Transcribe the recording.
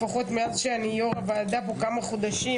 לפחות מאז שאני יו"ר הוועדה פה כמה חודשים,